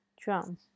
drum